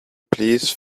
please